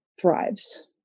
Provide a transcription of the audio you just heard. thrives